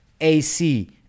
AC